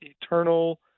eternal